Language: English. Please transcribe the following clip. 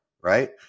right